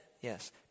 Yes